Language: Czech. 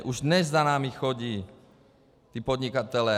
Už dnes za námi chodí podnikatelé.